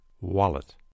Wallet